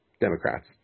Democrats